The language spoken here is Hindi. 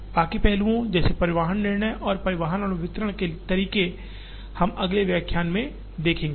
बाकी पहलुओं जैसे कि परिवहन निर्णय और परिवहन और वितरण के लिए तरीके हम अगले व्याख्यान में देखेंगे